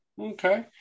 Okay